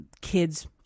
kids